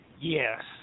Yes